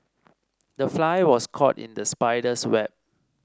the fly was caught in the spider's web